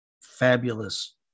fabulous